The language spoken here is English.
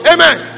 Amen